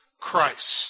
Christ